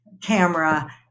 camera